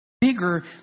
bigger